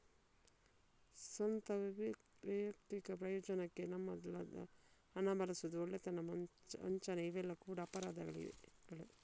ಸ್ವಂತ, ವೈಯಕ್ತಿಕ ಪ್ರಯೋಜನಕ್ಕೆ ನಮ್ಮದಲ್ಲದ ಹಣ ಬಳಸುದು, ಕಳ್ಳತನ, ವಂಚನೆ ಇವೆಲ್ಲ ಕೂಡಾ ಅಪರಾಧಗಳೇ